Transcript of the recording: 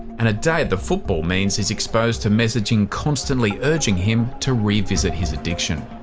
and a day at the football means he's exposed to messaging constantly urging him to revisit his addiction.